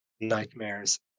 nightmares